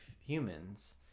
humans